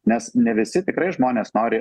nes ne visi tikrai žmonės nori